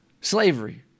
slavery